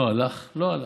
לא הלך, לא הלך.